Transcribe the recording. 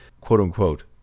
quote-unquote